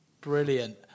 Brilliant